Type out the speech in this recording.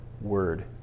word